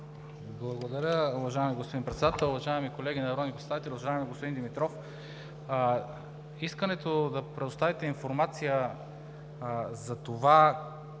Благодаря, уважаеми господин Председател. Уважаеми колеги народни представители, уважаеми господин Димитров! На искането да предоставите информация за това